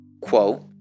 quote